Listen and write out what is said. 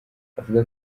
avuga